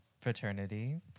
fraternity